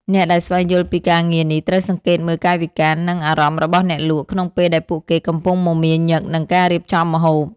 អ្នកដែលស្វែងយល់ពីការងារនេះ ត្រូវសង្កេតមើលកាយវិការ និងអារម្មណ៍របស់អ្នកលក់ ក្នុងពេលដែលពួកគេកំពុងមមាញឹកនឹងការរៀបចំម្ហូប។